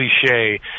cliche